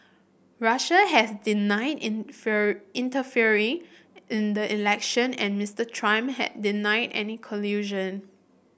Russia has denied interfering in the election and Mister Trump has denied any collusion